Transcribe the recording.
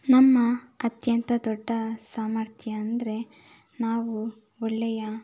ನಮ್ಮ ಅತ್ಯಂತ ದೊಡ್ಡ ಸಾಮರ್ಥ್ಯ ಅಂದರೆ ನಾವು ಒಳ್ಳೆಯ